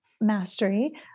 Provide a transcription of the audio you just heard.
mastery